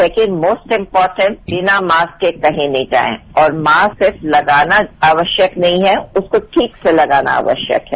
second most important बिना mask के कहीं नहीं जाएं और मास्क सिर्फ लगाना आवश्यक नहीं है उसको ठीक से लगाना आवश्यक है